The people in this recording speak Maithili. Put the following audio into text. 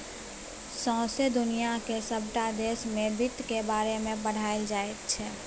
सौंसे दुनियाक सबटा देश मे बित्त केर बारे मे पढ़ाएल जाइ छै